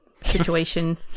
situation